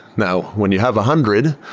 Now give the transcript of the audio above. now, when you have a hundred,